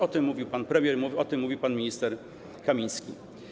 O tym mówił pan premier, o tym mówił pan minister Kamiński.